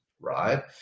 right